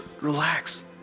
relax